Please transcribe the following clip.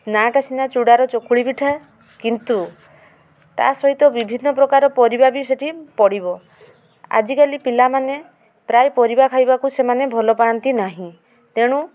ନାଁ'ଟା ସିନା ଚୂଡ଼ାର ଚକୁଳି ପିଠା କିନ୍ତୁ ତା' ସହିତ ବିଭିନ୍ନ ପ୍ରକାର ପରିବା ବି ସେଠି ପଡ଼ିବ ଆଜି କାଲି ପିଲାମାନେ ପ୍ରାୟ ପରିବା ଖାଇବାକୁ ସେମାନେ ଭଲ ପାଆନ୍ତି ନାହିଁ ତେଣୁ